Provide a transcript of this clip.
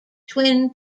twin